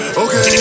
okay